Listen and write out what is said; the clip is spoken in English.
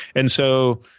and so